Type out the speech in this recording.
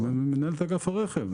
עם מנהלת אגף הרכב.